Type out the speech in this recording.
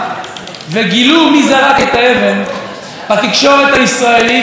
כבר מיהרו לקבוע שאלה יהודים שהרגו אותה?